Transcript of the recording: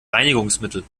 reinigungsmittel